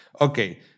okay